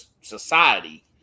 society